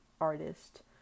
artist